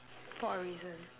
for a reason